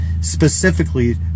specifically